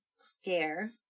scare